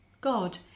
God